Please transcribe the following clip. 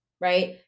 right